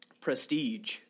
Prestige